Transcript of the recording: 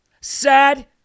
Sad